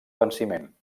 venciment